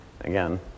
again